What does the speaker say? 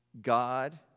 God